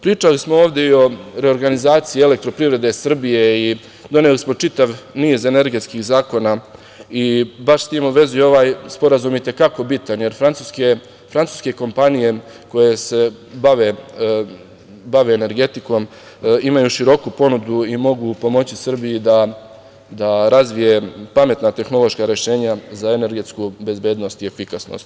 Pričali smo ovde i o reorganizaciji EPS, i doneli smo čitav niz energetskih zakona, i baš s tim u vezi, ovaj sporazum je veoma bitan, jer Francuske kompanije koje se bave energetikom imaju široku ponudu i mogu pomoći Srbiji da razvije pametna tehnološka rešenja za energetsku bezbednost i efikasnost.